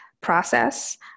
process